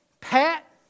pat